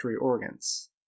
organs